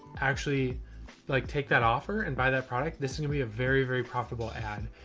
actually like take that offer and buy that product, this and be a very, very profitable ad.